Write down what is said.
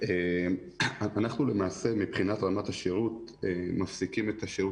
אנחנו למעשה מבחינת רמת השירות מפסיקים את השירות